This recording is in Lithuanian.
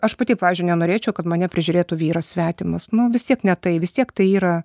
aš pati pavyzdžiui nenorėčiau kad mane prižiūrėtų vyras svetimas nu vis tiek ne tai vis tiek tai yra